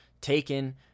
taken